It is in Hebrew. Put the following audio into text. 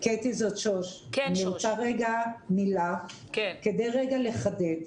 אני רוצה רגע מילה כדי לחדד.